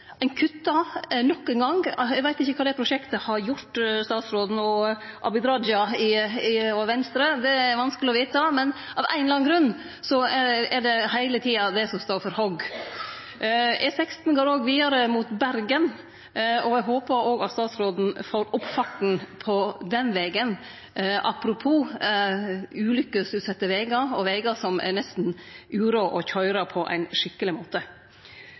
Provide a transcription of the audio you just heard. Ein kuttar nok ein gong. Eg veit ikkje kva det prosjektet har gjort statsråden og representanten Abid Q. Raja og Venstre. Det er det vanskeleg å vite, men av ein eller annan grunn er det heile tida det som står for hogg. E16 går vidare mot Bergen, og eg håpar òg at statsråden får opp farta på den vegen – apropos ulykkesutsette vegar og vegar som er nesten uråd å køyre på ein skikkeleg måte.